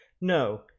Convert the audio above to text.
No